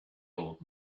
old